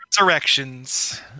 resurrections